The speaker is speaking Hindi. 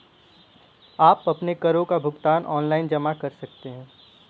आप अपने करों का भुगतान ऑनलाइन जमा कर सकते हैं